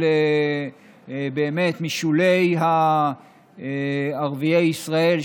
באמת משולי ערביי ישראל,